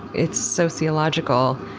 it's sociological